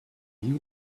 you